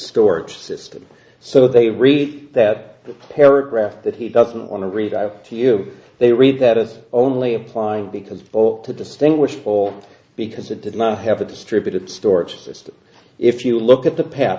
storage system so they read that the paragraph that he doesn't want to read out to you they read that as only apply because all to distinguish paul because it did not have a distributed storage system if you look at the pat